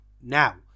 now